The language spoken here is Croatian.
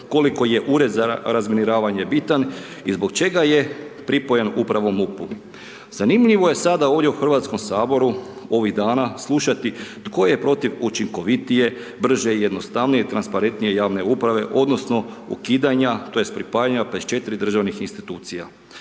koliko je Ured za razminiravanje bitan i zbog čega je pripojen upravo MUP-u. Zanimljivo je sada ovdje u Hrvatskom saboru ovih dana slušati tko je protiv učinkovitije, brže, jednostavnije i transparentnije javne uprave odnosno ukidanja tj. pripajanja 54 državnih institucija.